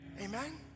Amen